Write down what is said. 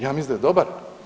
Ja mislim da je dobar.